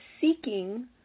seeking